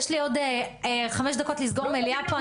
יש לי עוד חמש דקות לסגור מליאה פה,